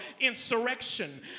insurrection